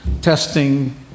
testing